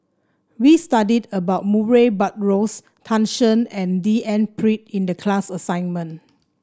we studied about Murray Buttrose Tan Shen and D N Pritt in the class assignment